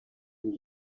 and